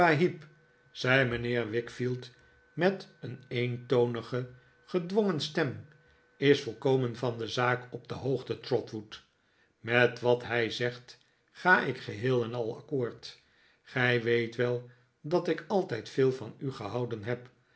heep zei mijnheer wickfield met een eentonige gedwongen stem is volkomen van de zaak op de hoogte trotwood met wat hij zegt ga ik geheel en al accoord gij weet wel dat ik altijd veel van u gehouden heb